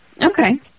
Okay